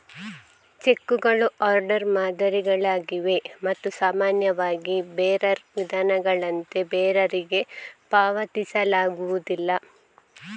ಚೆಕ್ಕುಗಳು ಆರ್ಡರ್ ಮಾದರಿಗಳಾಗಿವೆ ಮತ್ತು ಸಾಮಾನ್ಯವಾಗಿ ಬೇರರ್ ವಿಧಾನಗಳಂತೆ ಬೇರರಿಗೆ ಪಾವತಿಸಲಾಗುವುದಿಲ್ಲ